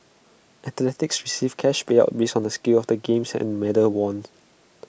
athletes receive cash payouts based on the scale of the games and medals won